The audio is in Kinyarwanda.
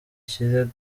kirego